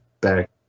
back